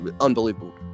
unbelievable